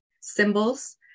symbols